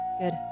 Good